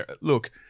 Look